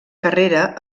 carrera